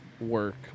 work